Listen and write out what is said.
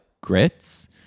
grits